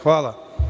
Hvala.